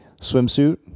Swimsuit